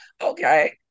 Okay